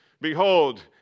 Behold